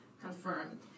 confirmed